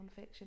nonfiction